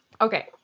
Okay